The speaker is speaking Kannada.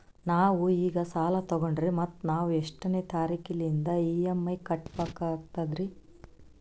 ನಾವು ಈಗ ಸಾಲ ತೊಗೊಂಡ್ರ ಮತ್ತ ನಾವು ಎಷ್ಟನೆ ತಾರೀಖಿಲಿಂದ ಇ.ಎಂ.ಐ ಕಟ್ಬಕಾಗ್ತದ್ರೀ?